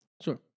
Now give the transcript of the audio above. Sure